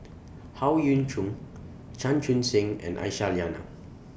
Howe Yoon Chong Chan Chun Sing and Aisyah Lyana